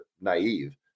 naive